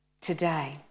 today